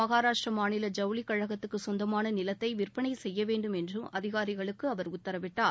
மகாராஷ்டிர மாநில ஜவுளி கழகத்துக்கு சொந்தமான நிலத்தை விற்பனை செய்ய வேண்டும் என்று அதிகாரிகளுக்கு அவர் உத்தரவிட்டார்